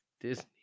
Disney